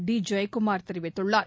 டிஜெயக்குமார் தெரிவித்துள்ளார்